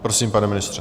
Prosím, pane ministře.